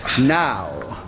Now